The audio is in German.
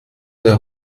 der